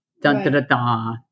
Dun-da-da-da